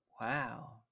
Wow